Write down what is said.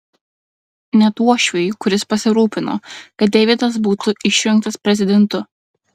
net uošviui kuris pasirūpino kad deividas būtų išrinktas prezidentu